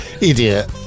idiot